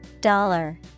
Dollar